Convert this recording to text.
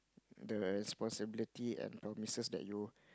the responsibility and promises that you